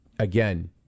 Again